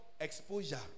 exposure